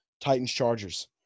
Titans-Chargers